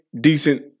decent